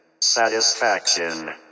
Satisfaction